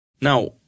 Now